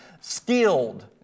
skilled